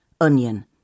Onion